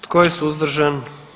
Tko je suzdržan?